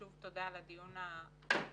שוב תודה עבור הדיון החשוב.